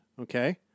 okay